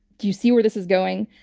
do you see where this is going?